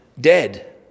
dead